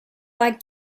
like